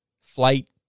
flight